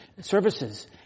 services